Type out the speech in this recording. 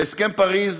להסכם פריז,